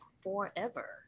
forever